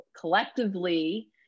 collectively